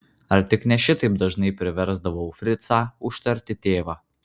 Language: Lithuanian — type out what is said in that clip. ar tik ne šitaip dažnai priversdavau fricą užtarti tėvą